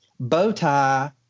Bowtie